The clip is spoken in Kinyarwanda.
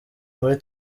muri